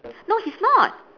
no he's not